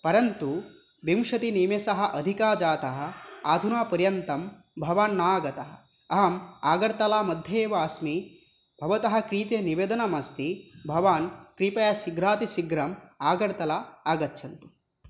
परन्तु विंशतिनिमेषाः अधिका जाताः अधुना पर्यन्तं भवान् न आगतः अहम् आगर्तला मध्ये एव अस्मि भवतः कृते निवेदनमस्ति भवान् कृपया शीघ्रातिशीघ्रम् आगर्तलाम् आगच्छतु